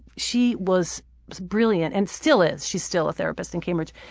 she was brilliant and still is she's still a therapist in cambridge.